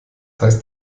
heißt